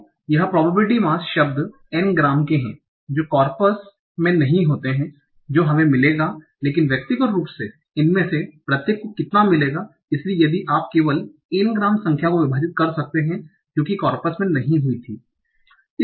तो यह probability mass शब्द n ग्राम के हैं जो कॉर्पस में नहीं होते हैं जो हमें मिलेगा लेकिन व्यक्तिगत रूप से इनमें से प्रत्येक को कितना मिलेगा इसलिए यदि आप केवल n ग्राम संख्या को विभाजित कर सकते हैं जो कि कॉर्पस में नहीं हुई थी